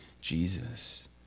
Jesus